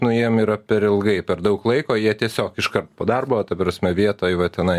nu jiem yra per ilgai per daug laiko jie tiesiog iškart po darbo ta prasme vietoj va tenai